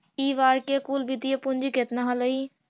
इ बार के कुल वित्तीय पूंजी केतना हलइ?